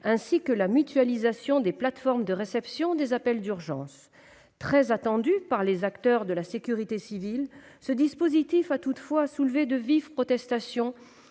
ainsi que la mutualisation des plateformes de réception des appels d'urgence. Très attendu par les acteurs de la sécurité civile, ce dispositif a toutefois soulevé de vives protestations